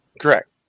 Correct